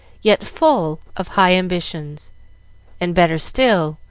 yet full of high ambitions and, better still,